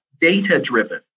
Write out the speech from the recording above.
data-driven